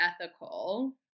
ethical